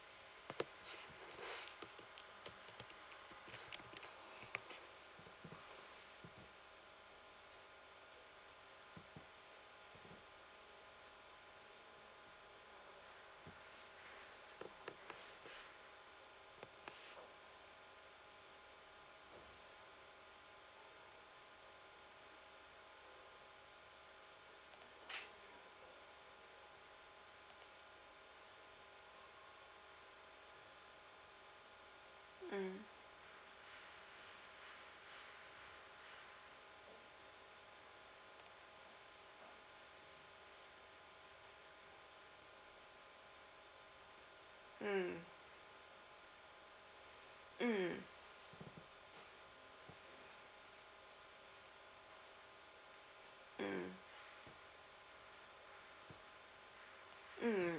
mm mm mm mm mm